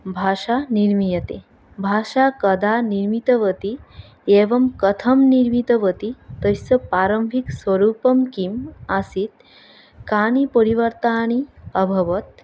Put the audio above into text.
भाषा निर्मीयते भाषा कदा निर्मितवती एवं कथं निर्मितवती तस्य प्रारम्भिकस्वरूपं किम् आसीत् कानि परिवर्तनानि अभवत्